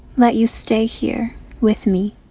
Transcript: let you stay here with me?